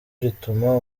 rituma